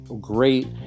great